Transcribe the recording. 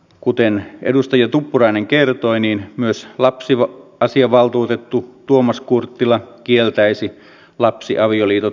kuten edustaja tuppurainen kertoi niin myös lapsiasiavaltuutettu tuomas kurttila kieltäisi lapsiavioliitot suomessa kokonaan